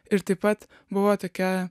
ir taip pat buvo tokia